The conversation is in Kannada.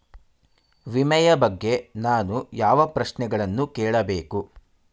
ವಿಮೆಯ ಬಗ್ಗೆ ನಾನು ಯಾವ ಪ್ರಶ್ನೆಗಳನ್ನು ಕೇಳಬೇಕು?